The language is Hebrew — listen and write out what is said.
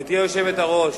גברתי היושבת-ראש,